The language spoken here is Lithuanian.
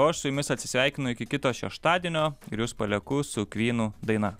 o aš su jumis atsisveikinu iki kito šeštadienio ir jus palieku su kvynų daina